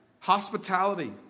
Hospitality